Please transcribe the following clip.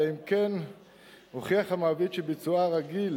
אלא אם כן הוכיח המעביד שביצועה הרגיל